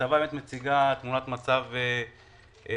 הכתבה מציגה תמונת מצב אבסורדית,